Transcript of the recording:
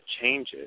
changes